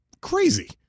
Crazy